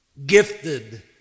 Gifted